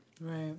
Right